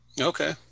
Okay